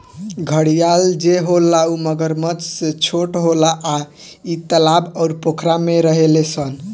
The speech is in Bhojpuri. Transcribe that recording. घड़ियाल जे होला उ मगरमच्छ से छोट होला आ इ तालाब अउर पोखरा में रहेले सन